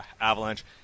Avalanche